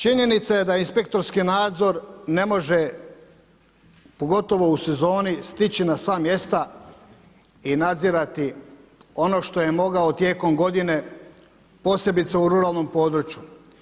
Činjenica je da inspektorski nadzor ne može, pogotovo u sezoni stići na sva mjesta i nadzirati ono što je mogao tijekom godine, posebice u ruralnom području.